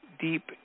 deep